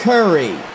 Curry